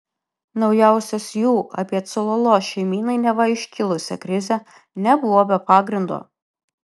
naujausios jų apie cololo šeimynai neva iškilusią krizę nebuvo be pagrindo